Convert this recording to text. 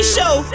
Show